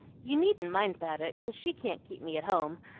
you needn't mind about it, cause she can't keep me at home,